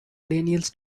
daniels